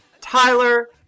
Tyler